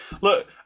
Look